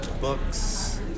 books